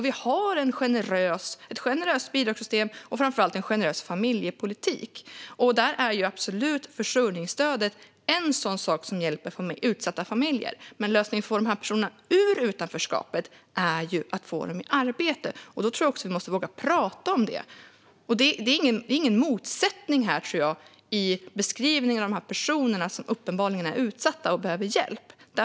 Vi har ett generöst bidragssystem och framför allt en generös familjepolitik. Försörjningsstödet är absolut en sak som hjälper utsatta familjer. Men lösningen för att få dessa personer ur utanförskapet är att få dem i arbete. Jag tror att vi måste våga prata om det. Det finns ingen motsättning, tror jag, i beskrivningen av de personer som uppenbarligen är utsatta och behöver hjälp.